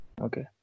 Okay